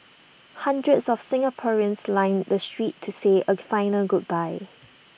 hundreds of Singaporeans lined the streets to say A final goodbye